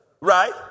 Right